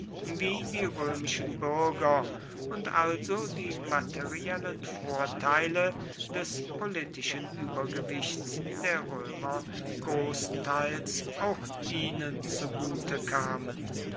wie die römischen bürger und also die materiellen vorteile des politischen übergewichts der römer großenteils auch ihnen zugute kamen